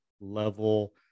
level